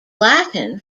latin